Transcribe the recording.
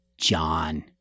John